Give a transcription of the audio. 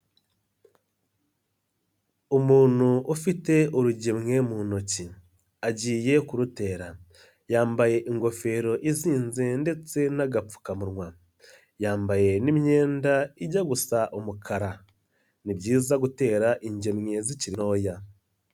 Umuntu ufite urugemwe mu ntoki agiye kurutera, yambaye ingofero izinze ndetse n'agapfukamunwa, yambaye n'iyenda ijya gusa umukara, ni byiza gutera ingemwe zikiri ntoya.